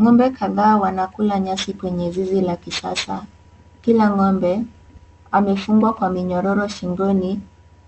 Ngombe kadhaa wanakula nyasi kwenya zizi kila ngombe amefungwa kwa minyororo shingoni